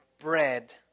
bread